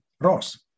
Ross